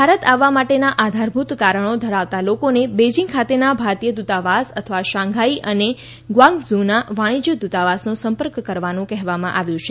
ભારત આવવા માટેના આધારભૂત કારણો ધરાવતા લોકોને બેઈજીંગ ખાતેના ભારતીય દ્રતાવાસ અથવા શાંઘાઈ અને ગ્વાંગઝુંના વાણિજ્ય દ્રતાવાસનો સંપર્ક કરવાનું કહેવામાં આવ્યું છે